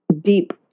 deep